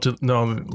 no